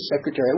secretary